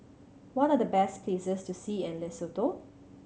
what are the best places to see in Lesotho